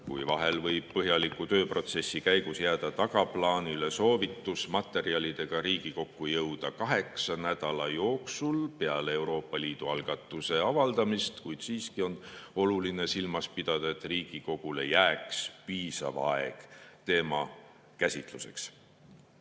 kui vahel võib põhjaliku tööprotsessi käigus jääda tagaplaanile soovitus materjalidega Riigikokku jõuda kaheksa nädala jooksul peale Euroopa Liidu algatuse avaldamist, kuid siiski on oluline silmas pidada, et Riigikogule jääks piisav aeg teema käsitluseks. Riigikogus